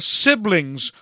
siblings